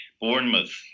bournemouth